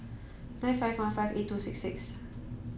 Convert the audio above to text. nine five one five eight two six six